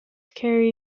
carry